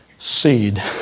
Seed